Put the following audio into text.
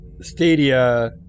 Stadia